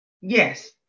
Yes